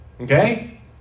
Okay